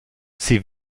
sie